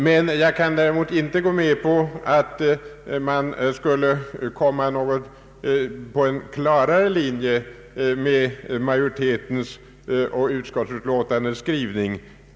Men jag kan däremot inte gå med på att vi skulle få en klarare linje med utskottsmajoritetens skrivning.